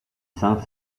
san